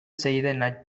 செய்த